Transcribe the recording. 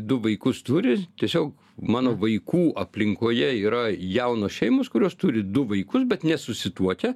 du vaikus turi tiesiog mano vaikų aplinkoje yra jaunos šeimos kurios turi du vaikus bet nesusituokę